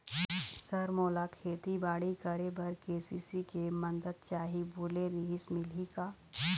Sir मोला खेतीबाड़ी करेबर के.सी.सी के मंदत चाही बोले रीहिस मिलही का?